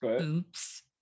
Oops